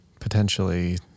potentially